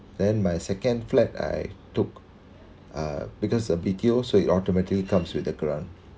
then my second flat I took uh because of B_T_O so it ultimately comes with the grant